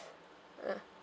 uh